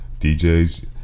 DJs